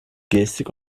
gestik